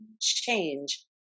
change